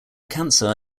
cancer